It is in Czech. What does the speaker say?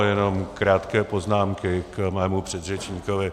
Jenom krátké poznámky k mému předřečníkovi.